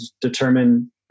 determine